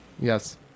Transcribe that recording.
Yes